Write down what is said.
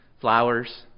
flowers